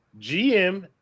GM